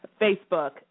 Facebook